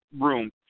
room